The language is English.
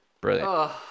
Brilliant